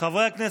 חברי הכנסת,